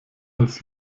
als